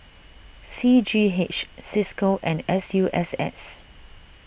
C G H Cisco and S U S S